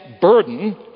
burden